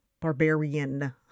Barbarian